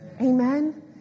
Amen